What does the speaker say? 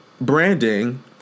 branding